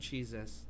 Jesus